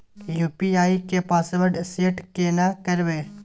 UPI के password set केना करबे?